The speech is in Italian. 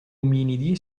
ominidi